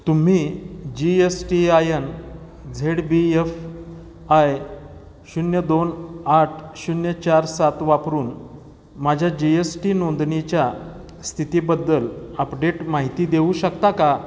तुम्ही G S T I N Z B F I शून्य दोन आठ शून्य चार सात वापरून माझ्या जी एस टी नोंदणीच्या स्थितीबद्दल अपडेट माहिती देऊ शकता का